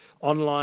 online